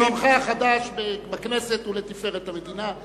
סגנונך החדש בכנסת הוא לתפארת המדינה.